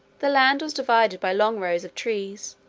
the land was divided by long rows of trees,